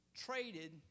traded